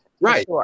Right